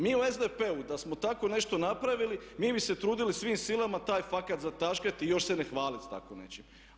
Mi u SDP-u da smo tako nešto napravili mi bi se trudili svim silama taj fakat zataškati i još se ne hvalit sa tako nečim.